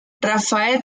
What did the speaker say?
rafael